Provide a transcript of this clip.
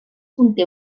conté